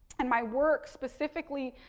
and my work, specifically,